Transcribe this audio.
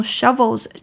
Shovels